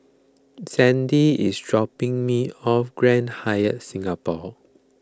Sandie is dropping me off Grand Hyatt Singapore